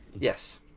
yes